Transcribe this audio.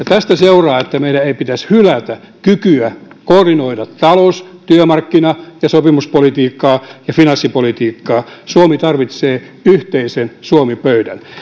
tästä seuraa että meidän ei pitäisi hylätä kykyä koordinoida talous työmarkkina sopimus ja finanssipolitiikkaa suomi tarvitsee yhteisen suomi pöydän